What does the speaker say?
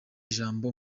ijambo